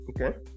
okay